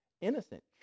innocent